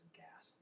gas